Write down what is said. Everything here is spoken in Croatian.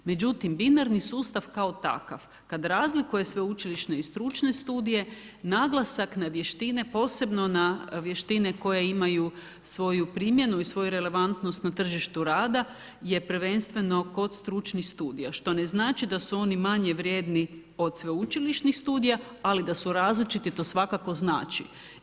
Međutim, binarni sustav kao takav, kada razlikuje sveučilišne i stručne studije, naglasak na vještine, posebno na vještine koje imaju svoju primjenu i svoju relevantnost na tržištu rada je prvenstveno kod stručnih studija, što ne znači da su oni manji vrijedni od sveučilišnih studija, ali da su različiti to svakako znači.